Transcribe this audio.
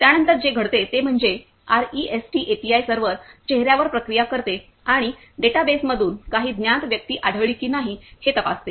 त्यानंतर जे घडते ते म्हणजे आरईएसटी एपीआय सर्व्हर चेहर्यावर प्रक्रिया करते आणि डेटाबेसमधून काही ज्ञात व्यक्ती आढळली की नाही हे तपासते